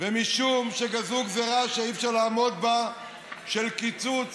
ומשום שגזרו גזירה שאי-אפשר לעמוד בה של קיצוץ